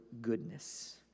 goodness